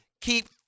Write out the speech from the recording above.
Keep